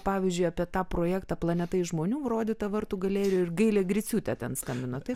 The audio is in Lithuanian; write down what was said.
pavyzdžiui apie tą projektą planeta iš žmonių rodytą vartų galerijoj ir gailė griciūtė ten skambino taip